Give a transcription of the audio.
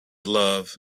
love